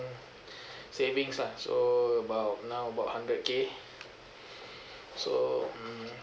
savings lah so about now about hundred K so hmm